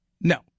No